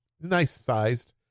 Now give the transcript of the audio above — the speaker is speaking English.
nice-sized